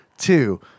Two